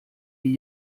die